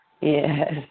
Yes